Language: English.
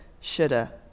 shoulda